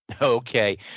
Okay